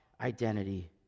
identity